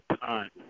time